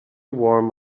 warm